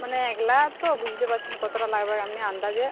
মানে একলা তো বুঝতে পারছি না কতটা লাগবে আপনি আন্দাজে